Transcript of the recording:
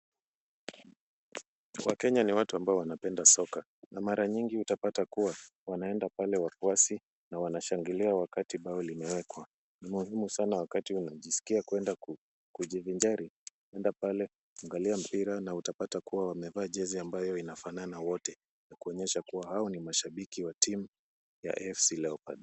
Wakenya ni watu ambao wanapenda soccer , na mara nyingi utapata kuwa wanaenda pale wafuasi na wanashangilia wakati bao limewekwa. Ni muhimu sana wakati unajiskia kwenda kujivinjari, enda pale angalia mpira na utapata kuwa wamevaa jezi ambayo inafanana wote. Ni kuonyesha kuwa hao ni mashabiki wa timu ya AFC Leopards.